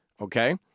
Okay